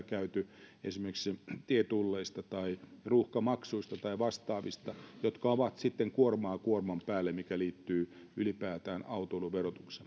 käyty esimerkiksi tietulleista tai ruuhkamaksuista tai vastaavista jotka ovat sitten kuormaa kuorman päälle mikä liittyy ylipäätään autoilun verotukseen